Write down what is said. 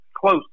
close